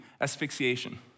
asphyxiation